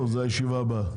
טוב, זה הנושא הבא.